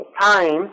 time